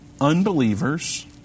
unbelievers